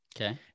okay